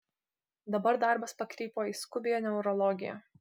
dabar darbas pakrypo į skubiąją neurologiją